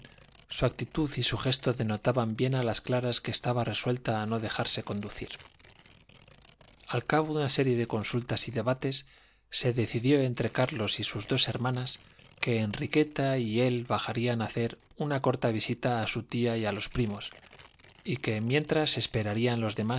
su actitud y su gesto denotaban bien a las claras que estaba resuelta a no dejarse conducir al cabo de una serie de consultas y debates se decidió entre carlos y sus dos hermanas que enriqueta y él bajarían a hacer una corta visita a su tía y a los primos y que mientras esperarían los demás